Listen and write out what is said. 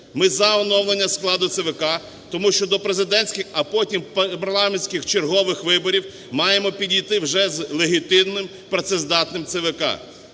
ми за оновлення складу ЦВК, тому що до президентських, а потім парламентських чергових виборів маємо підійти вже з легітимним, працездатним ЦВК.